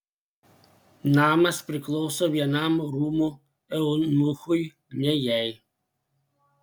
namas priklauso vienam rūmų eunuchui ne jai